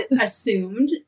assumed